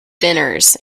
dinners